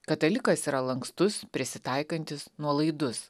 katalikas yra lankstus prisitaikantis nuolaidus